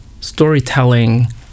storytelling